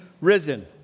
risen